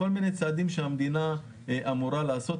כל מיני צעדים שהמדינה אמורה לעשות,